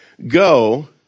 Go